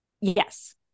Yes